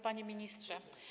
Panie Ministrze!